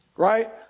right